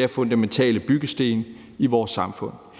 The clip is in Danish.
er fundamentale byggesten i vores samfund.